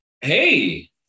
Hey